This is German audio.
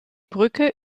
brücke